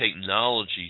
technology